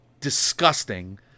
disgusting